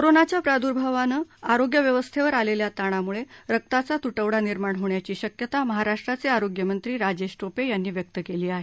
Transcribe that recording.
कोरोनाच्या प्राद्र्भानं आरोग्य व्यवस्थेवर आलेल्या ताणाम्ळे रक्ताचा त्टवडा निर्माण होण्याची शक्यता महाराष्ट्राचे आरोग्यमंत्री राजेश टोपे यांनी व्यक्त केली आहे